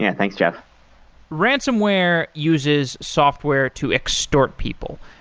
yeah thanks jeff ransomware uses software to extort people.